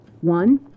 One